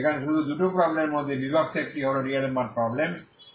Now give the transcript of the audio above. যেখানে শুধু দুটি প্রবলেম র মধ্যে বিভক্ত একটি হল ডিআলেমবার্টের প্রবলেম DLambert problem